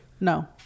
No